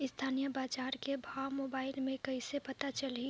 स्थानीय बजार के भाव मोबाइल मे कइसे पता चलही?